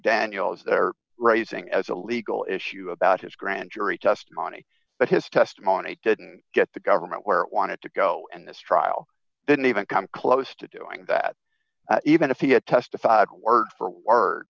daniels they're raising as a legal issue about his grand jury testimony but his testimony didn't get the government where it wanted to go and this trial didn't even come close to doing that even if he had testified word for word